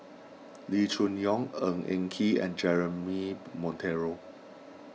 Loo Choon Yong Ng Eng Kee and Jeremy Monteiro